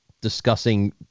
discussing